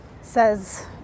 says